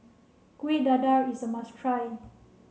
Kuih Dadar is a must try